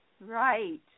Right